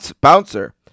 Bouncer